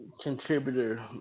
contributor